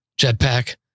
jetpack